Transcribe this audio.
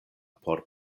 por